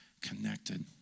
connected